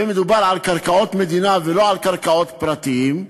ומדובר על קרקעות מדינה ולא על קרקעות פרטיות.